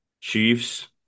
Chiefs